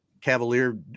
Cavalier